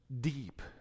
deep